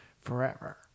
forever